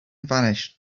vanished